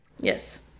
yes